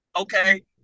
okay